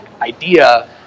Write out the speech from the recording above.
idea